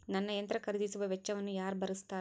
ನನ್ನ ಯಂತ್ರ ಖರೇದಿಸುವ ವೆಚ್ಚವನ್ನು ಯಾರ ಭರ್ಸತಾರ್?